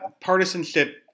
partisanship